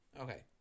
Okay